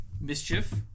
Mischief